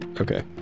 Okay